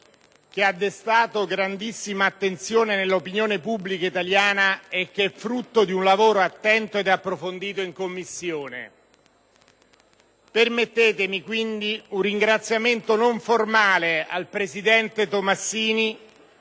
che ha destato grandissima attenzione nell'opinione pubblica italiana e che è frutto di un lavoro attento e approfondito in Commissione. Permettetemi, quindi, un ringraziamento non formale al presidente Tomassini,